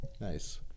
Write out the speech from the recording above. Nice